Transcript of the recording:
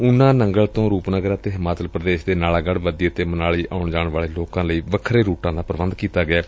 ਉਨਾ ਨੰਗਲ ਤੋ ਰੂਪਨਗਰ ਅਤੇ ਹਿਮਾਚਲ ਪ੍ਰਦੇਸ਼ ਦੇ ਨਾਲਾਗੜੁ ਬੱਦੀ ਡੇ ਮਨਾਲੀ ਆਉਣ ਜਾਣ ਵਾਲੇ ਲੋਕਾ ਲਈ ਵੱਖਰੇ ਰੂਟਾ ਦਾ ਪ੍ਰਬੰਧ ਕੀਤਾ ਗਿਐ